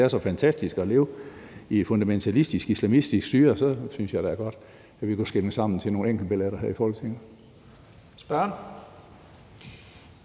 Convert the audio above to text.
det er så fantastisk at leve i et fundamentalistisk islamistisk styre, kunne vi da godt skillinge sammen til nogle enkeltbilletter her i Folketinget. Kl.